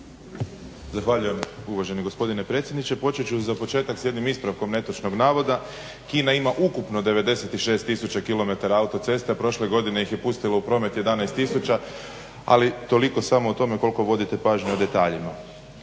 Zahvaljujem uvaženi gospodine predsjedniče. Počet ću za početak s jednim ispravkom netočnog navoda, Kina ima ukupno 96000 km autoceste, a prošle godine ih je pustila u promet 11000, ali toliko samo o tome koliko vodite pažnju o detaljima.